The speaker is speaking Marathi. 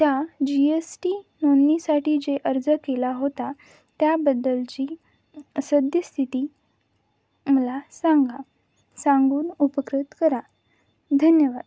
त्या जी एस टी नोंदणीसाठी जे अर्ज केला होता त्याबद्दलची सद्यस्थिती मला सांगा सांगून उपकृत करा धन्यवाद